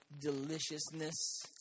deliciousness